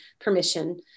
permission